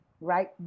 right